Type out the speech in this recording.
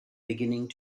beginning